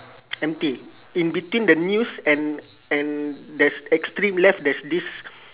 empty in between the news and and there's extreme left there's this